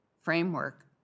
framework